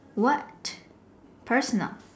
what personal